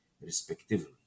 respectively